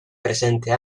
presente